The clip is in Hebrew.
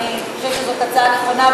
אני חושבת שזאת הצעה נכונה,